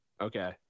Okay